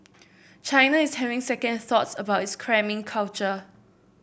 China is having second thoughts about its cramming culture